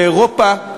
באירופה,